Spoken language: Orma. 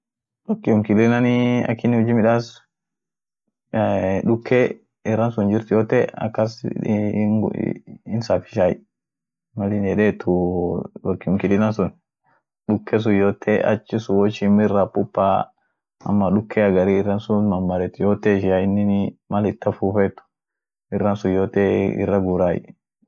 Computern ak ishin wo olkeet, information fa ak ishin olkeet, Aminen RAM kabdie dumii won ishia yote RAM sun kasiit olkaayamtie wokasiit saveni yedeniet akasii malkasiit sevamtiet muda deertunen unum tetie bila ishin hinbalein kas kaeni kasiit seven RAM gudio kabdi achum kas teet